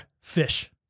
Fish